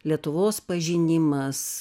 lietuvos pažinimas